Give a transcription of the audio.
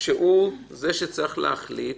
שצריך להחליט.